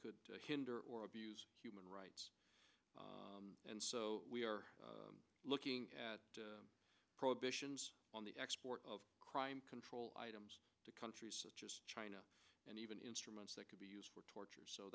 could hinder or abuse human rights and so we are looking at prohibitions on the export of crime control items to countries such as china and even instruments that can be used for torture so